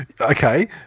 okay